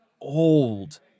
old